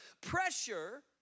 pressure